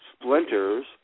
splinters